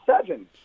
seven